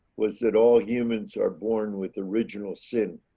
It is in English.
was that all humans are born with original sin,